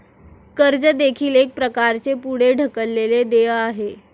कर्ज देखील एक प्रकारचे पुढे ढकललेले देय आहे